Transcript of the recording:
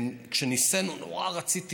כשנישאנו נורא רציתי